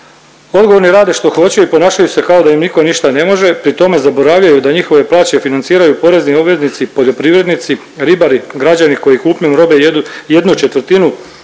odgovorni rade što hoće i ponašaju se kao da im niko ništa ne može pri tome zaboravljaju da njihove plaće financiraju porezni obveznici, poljoprivrednici, ribari, građani koji kupnjom robe jedu,